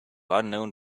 unknown